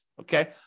okay